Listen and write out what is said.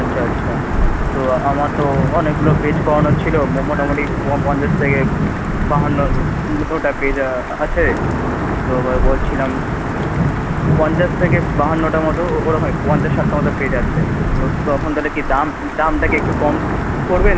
আচ্ছা আচ্ছা তো আমার তো অনেকগুলো পেজ করানোর ছিলো মোটামুটি পঞ্চাশ থেকে বাহান্ন পেজ আছে তো বলছিলাম পঞ্চাশ থেকে বাহান্নটা মতো ওরকমই পঞ্চাশ ষাটটা মতো পেজ আছে তো তখন তাহলে কি দাম দামটা কি একটু কম করবেন